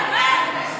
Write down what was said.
ירדת מהפסים?